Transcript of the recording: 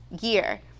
year